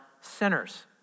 sinners